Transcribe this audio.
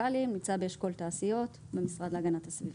נמצא באשכול תעשיות במשרד להגנת הסביבה.